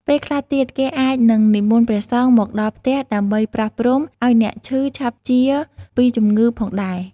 ពេលខ្លះទៀត គេអាចនឹងនិមន្តព្រះសង្ឃមកដល់ផ្ទះដើម្បីប្រោសព្រំ ឱ្យអ្នកឈឺឆាប់ជាពីជម្ងឺផងដែរ។